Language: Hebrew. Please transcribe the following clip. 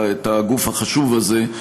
את הגוף החשוב הזה,